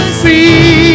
see